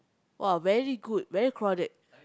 !wah! very good very crowded